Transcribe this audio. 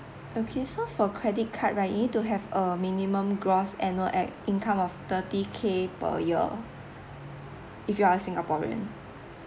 okay so for credit card right you need to have a minimum gross annual ac~ income of thirty K per year if you are singaporean